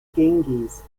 ganges